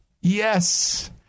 yes